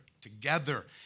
together